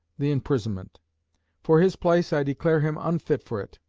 the imprisonment for his place, i declare him unfit for it.